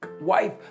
wife